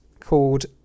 called